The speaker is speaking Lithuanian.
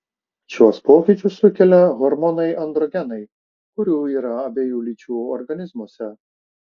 šiuos pokyčius sukelia hormonai androgenai kurių yra abiejų lyčių organizmuose